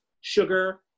sugar